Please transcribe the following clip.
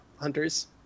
Hunters